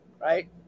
right